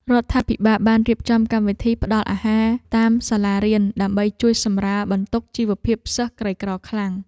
រដ្ឋាភិបាលបានរៀបចំកម្មវិធីផ្តល់អាហារតាមសាលារៀនដើម្បីជួយសម្រាលបន្ទុកជីវភាពសិស្សក្រីក្រខ្លាំង។